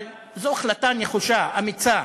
אבל זו החלטה נחושה, אמיצה.